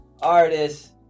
artist